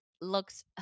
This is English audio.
looks